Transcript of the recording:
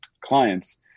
clients